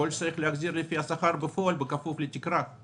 יכול להיות שצריך להחזיר לפי השכר בפועל בכפוף לתקרה.